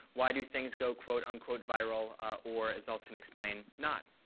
why do things go, quote unquote, viral or, as i ll soon explain, not.